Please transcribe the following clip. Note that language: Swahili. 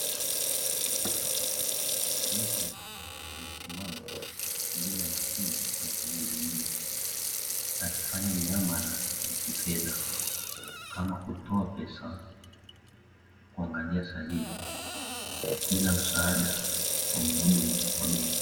Mtu amesimama mbele ya mashine ya kujihudumia, akifanya miamala ya kifedha kama kutoa pesa, kuamgalia salio, bila msaada wa mhudumu.